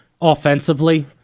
offensively